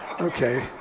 Okay